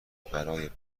برای